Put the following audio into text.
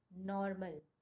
normal